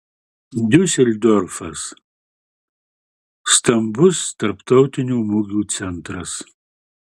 diuseldorfas stambus tarptautinių mugių centras